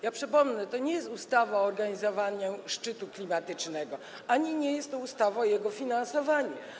Ja przypomnę, że to nie jest ustawa o organizowaniu szczytu klimatycznego ani nie jest to ustawa o jego finansowaniu.